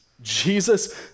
Jesus